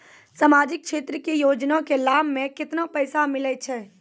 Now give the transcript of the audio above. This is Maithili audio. समाजिक क्षेत्र के योजना के लाभ मे केतना पैसा मिलै छै?